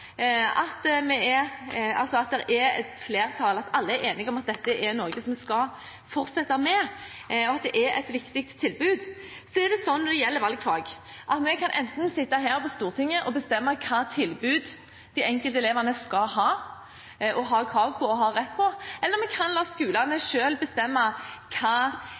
at det er et flertall, at alle er enige om at dette er noe vi skal fortsette med, og at dette er et viktig tilbud. Så er det slik når det gjelder valgfag, at vi kan enten sitte her på Stortinget og bestemme hvilke tilbud den enkelte elev skal ha – og har krav på, og har rett på – eller vi kan la skolene selv bestemme